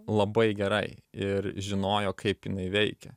labai gerai ir žinojo kaip veikia